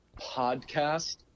podcast